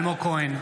אלמוג כהן,